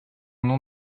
nom